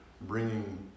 bringing